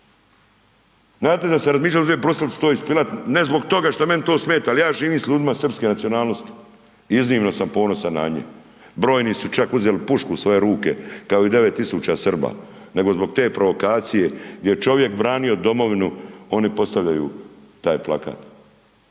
Znate da se razmišljali .../Govornik se ne razumije./... ne zbog toga što meni to smeta, ali ja živim s ljudima srpske nacionalnosti i iznimno sam ponosan na njih. Brojni su čak uzeli pušku u svoje ruke kao i 9 tisuća Srba. Nego zbog te provokacije, gdje je čovjek branio domovinu, oni postavljaju taj plakat.